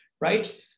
right